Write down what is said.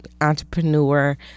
entrepreneur